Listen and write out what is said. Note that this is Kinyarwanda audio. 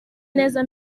neza